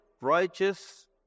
righteous